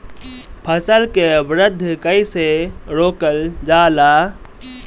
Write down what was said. फसल के वृद्धि कइसे रोकल जाला?